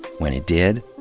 when it did.